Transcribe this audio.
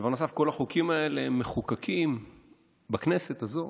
דבר נוסף, כל החוקים האלה מחוּקקים בכנסת הזאת